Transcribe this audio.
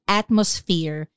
atmosphere